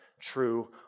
true